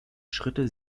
schritte